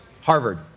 Harvard